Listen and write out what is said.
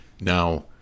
Now